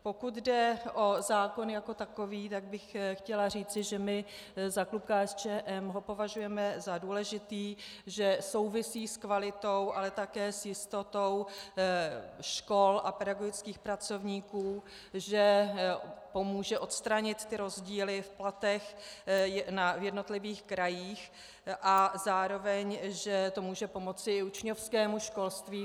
Pokud jde o zákon jako takový, tak bych chtěla říci, že my za klub KSČM ho považujeme za důležitý, že souvisí s kvalitou, ale také s jistotou škol a pedagogických pracovníků, že pomůže odstranit rozdíly v platech na jednotlivých krajích a zároveň že to může pomoci i učňovskému školství.